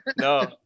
No